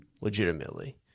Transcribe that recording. legitimately